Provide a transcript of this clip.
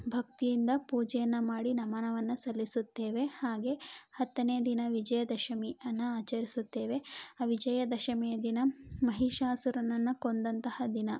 ಭಕ್ತಿಯಿಂದ ಪೂಜೆಯನ್ನು ಮಾಡಿ ನಮನವನ್ನು ಸಲ್ಲಿಸುತ್ತೇವೆ ಹಾಗೆ ಹತ್ತನೇ ದಿನ ವಿಜಯ ದಶಮಿ ಅನ್ನು ಆಚರಿಸುತ್ತೇವೆ ಆ ವಿಜಯ ದಶಮಿಯ ದಿನ ಮಹಿಷಾಸುರನನ್ನು ಕೊಂದಂತಹ ದಿನ